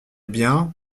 bien